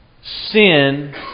sin